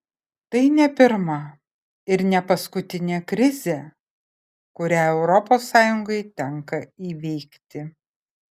tai ne pirma ir ne paskutinė krizė kurią europos sąjungai tenka įveikti